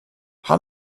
how